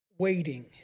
Waiting